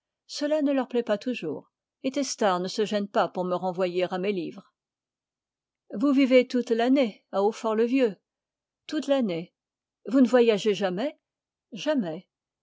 ça ne leur plaît pas toujours et testard ne se gêne pas pour me renvoyer à mes livres vous vivez toute l'année à hautfort le vieux toute l'année vous ne voyagez jamais jamais